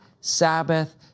Sabbath